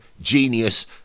genius